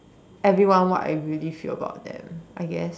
everyone what I really feel about them I guess